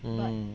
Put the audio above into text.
mm